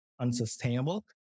unsustainable